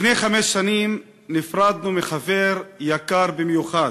לפני חמש שנים נפרדנו מחבר יקר במיוחד,